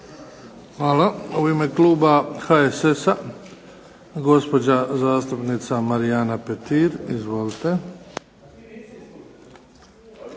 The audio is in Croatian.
Hvala. U ime kluba HSS-a gospođa zastupnica Marijana Petir. Izvolite.